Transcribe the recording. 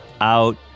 out